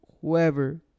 whoever